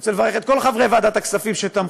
אני רוצה לברך את כל חברי ועדת הכספים, שתמכו,